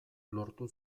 lortu